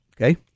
okay